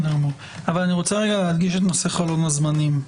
אדגיש את נושא חלון הזמנים.